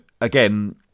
again